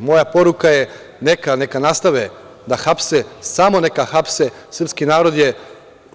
Moja poruka je neka, neka nastave da hapse, samo neka hapse, srpski narod je